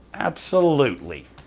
absolutely.